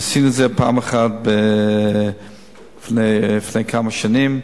ניסינו את זה פעם אחת לפני כמה שנים,